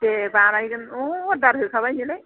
दे बानायगोन अर्डार होखाबाय नालाय